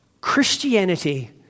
Christianity